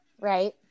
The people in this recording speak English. Right